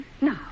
Now